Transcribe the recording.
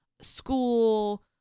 school